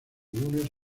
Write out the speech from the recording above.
lunes